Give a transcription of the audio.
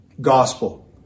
gospel